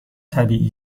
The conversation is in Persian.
طبیعی